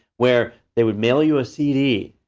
where they would mail you a cd,